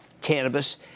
cannabis